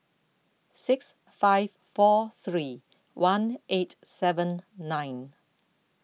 six five four three one eight seven nine